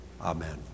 Amen